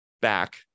back